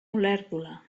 olèrdola